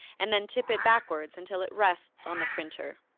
and then tip it backwards until it rests on the printer.